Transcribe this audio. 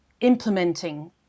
implementing